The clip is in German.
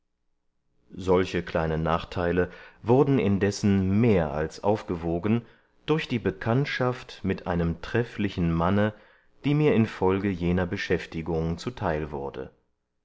solche kleine nachteile wurden indessen mehr als aufgewogen durch die bekanntschaft mit einem trefflichen manne die mir infolge jener beschäftigung zuteil wurde